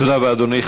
תודה רבה, אדוני.